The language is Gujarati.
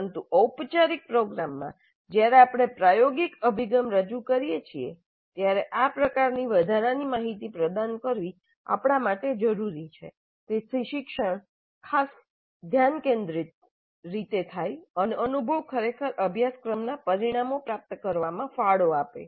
પરંતુ ઔપચારિક પ્રોગ્રામમાં જ્યારે આપણે પ્રાયોગિક અભિગમ રજૂ કરીએ છીએ ત્યારે આ પ્રકારની વધારાની માહિતી પ્રદાન કરવી આપણા માટે જરૂરી છે જેથી શિક્ષણ ખાસ ધ્યાન કેન્દ્રિત રીતે થાય અને અનુભવ ખરેખર અભ્યાસક્રમના પરિણામો પ્રાપ્ત કરવામાં ફાળો આપે